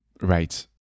Right